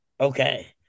Okay